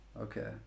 Okay